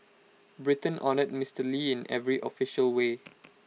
Britain honoured Mister lee in every official way